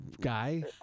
guy